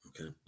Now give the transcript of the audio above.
Okay